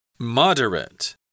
moderate